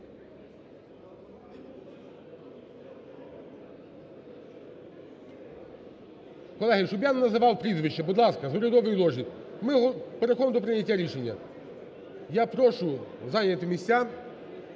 Колеги, щоб я не називав прізвища, будь ласка, з урядової ложі, ми переходимо до прийняття рішення. Я прошу зайняти місця,